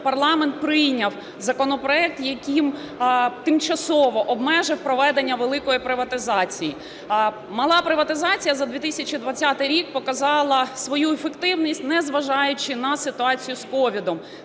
парламент прийняв законопроект, яким тимчасово обмежив проведення великої приватизації. Мала приватизація за 2020 рік показала свою ефективність, не зважаючи на ситуацію з COVID.